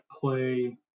play